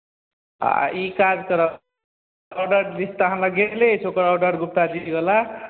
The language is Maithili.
आ ई काज करब ऑर्डर दू सए हमर गेले अछि ओकर ऑर्डर गुप्ताजीवला